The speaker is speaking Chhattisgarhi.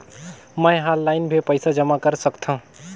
मैं ह ऑनलाइन भी पइसा जमा कर सकथौं?